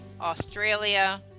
Australia